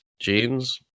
jeans